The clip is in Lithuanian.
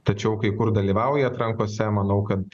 tačiau kai kur dalyvauja atrankose manau kad